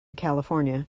california